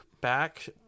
back